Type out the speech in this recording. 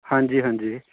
ਹਾਂਜੀ ਹਾਂਜੀ